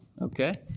Okay